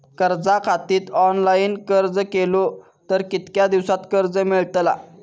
कर्जा खातीत ऑनलाईन अर्ज केलो तर कितक्या दिवसात कर्ज मेलतला?